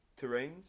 terrains